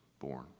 born